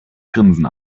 grinsen